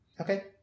Okay